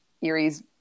Erie's